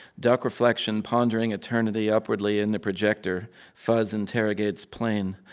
dark reflection pondering eternity upwardly in the projector. fuzz interrogates plane.